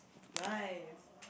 nice